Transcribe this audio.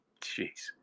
Jeez